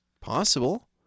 possible